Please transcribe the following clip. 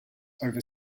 over